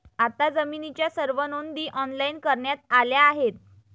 आता जमिनीच्या सर्व नोंदी ऑनलाइन करण्यात आल्या आहेत